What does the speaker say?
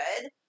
good